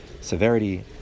severity